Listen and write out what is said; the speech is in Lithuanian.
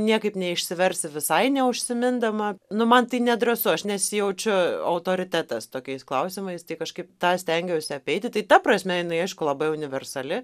niekaip neišsiversi visai neužsimindama nu man tai nedrąsu aš nesijaučiu autoritetas tokiais klausimais tai kažkaip tą stengiausi apeiti tai ta prasme jinai aišku labai universali